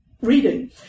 reading